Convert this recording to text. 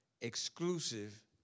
exclusive